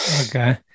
Okay